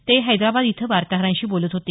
ते हैद्राबाद इथं वार्ताहरांशी बोलत होते